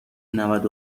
نود